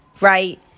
right